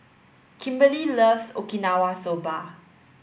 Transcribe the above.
Kimberlee loves Okinawa soba